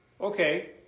okay